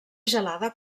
gelada